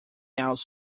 else